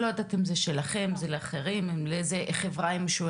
אני לא יודעת לאיזו חברה הם משוייכים.